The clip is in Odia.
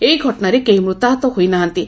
ଏହି ଘଟଣାରେ କେହି ମୃତାହତ ହୋଇ ନାହାନ୍ତି